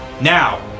now